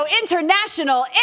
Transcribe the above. International